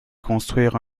construire